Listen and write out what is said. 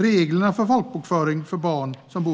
Reglerna för folkbokföring av barn som